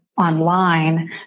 online